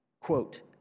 quote